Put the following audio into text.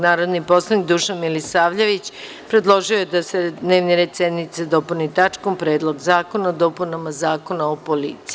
Narodni poslanik Dušan Milisavljević predložio je da se dnevni red sednice dopuni tačkom – Predlog zakona o dopunama Zakona o policiji.